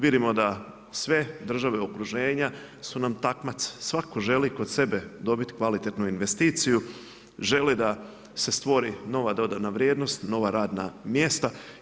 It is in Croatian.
Vidimo da sve države okruženja su nam takmac, svatko želi kod sebe dobit kvalitetnu investiciju, želi da se stvori nova dodana vrijednost, nova radna mjesta.